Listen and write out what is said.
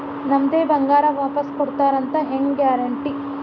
ನಮ್ಮದೇ ಬಂಗಾರ ವಾಪಸ್ ಕೊಡ್ತಾರಂತ ಹೆಂಗ್ ಗ್ಯಾರಂಟಿ?